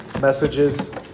messages